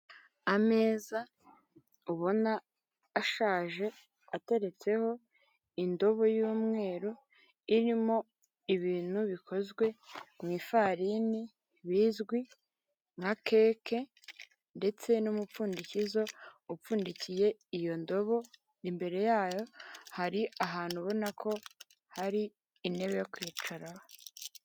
Ameza ubona ashaje ateretseho indobo y'mweru, irimo ibintu bikozwe mu ifarini bizwi nka keke ndetse n'umupfundikizo upfundikiye iyo ndobo, imbere yayo hari ahantu ubona ko hari intebe yo kwicararaho.